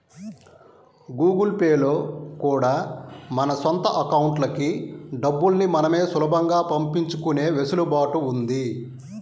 Google Pay లో కూడా మన సొంత అకౌంట్లకి డబ్బుల్ని మనమే సులభంగా పంపించుకునే వెసులుబాటు ఉంది